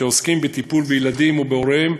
שעוסקים בטיפול בילדים ובהוריהם,